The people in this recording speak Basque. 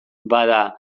bada